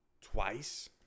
Twice